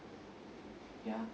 ya